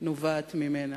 נובעת ממנה.